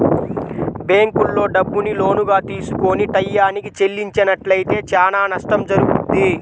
బ్యేంకుల్లో డబ్బుని లోనుగా తీసుకొని టైయ్యానికి చెల్లించనట్లయితే చానా నష్టం జరుగుద్ది